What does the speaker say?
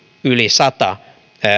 yli sata